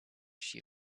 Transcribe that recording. she